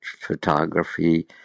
photography